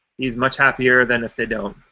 he's much happier than if they don't,